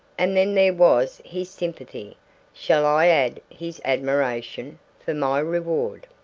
and then there was his sympathy shall i add his admiration for my reward.